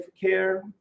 care